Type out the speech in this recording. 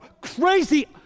crazy